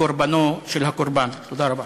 קורבנו של הקורבן.) תודה רבה.